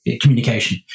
communication